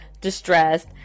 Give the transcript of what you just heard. distressed